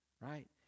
right